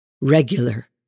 Regular